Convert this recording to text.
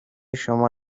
شما